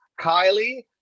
Kylie